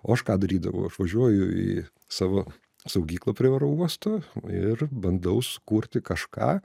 o aš ką darydavau aš važiuoju į savo saugyklą prie oro uosto ir bandau sukurti kažką